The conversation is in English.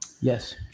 Yes